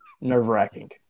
nerve-wracking